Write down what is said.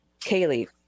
Kaylee